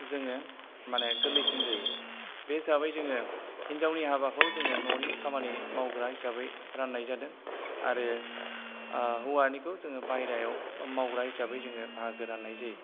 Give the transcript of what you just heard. जोङो माने गोरलैसिन जायो बे जाबाय जोङो हिन्जावनि हाबाखौ जोङो न'नि खामानि मावग्रा हिसाबै राननाय जादों आरो हौवानिखौ जोङो बायरायाव मावग्रा हिसाबै जोङो बाहागो लानायजायो